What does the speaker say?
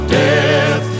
death